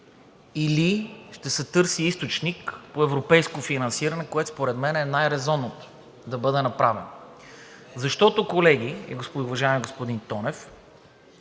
или ще се търси източник по европейско финансиране, което според мен е най-резонното да бъде направено. Защото, колеги, уважаеми господин Тонев,